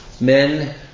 Men